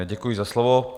Děkuji za slovo.